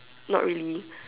not really